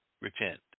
Repent